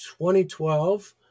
2012